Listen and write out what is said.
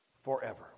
forever